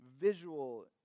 visual